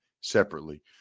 separately